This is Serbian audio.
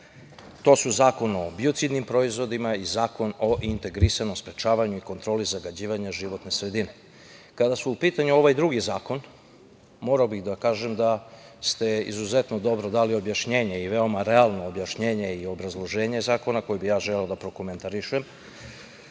To su Zakon o biocidnim proizvodima i Zakona o integrisanom sprečavanju i kontroli zagađivanja životne sredine. Kada je u pitanju ovaj drugi zakona, morao bih da kažem da ste izuzetno dobro dali objašnjenje i veoma realno objašnjenje i obrazloženje zakona koje bih želeo da prokomentarišem.